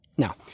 Now